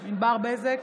ענבר בזק,